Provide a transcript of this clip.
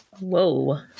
whoa